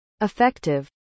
effective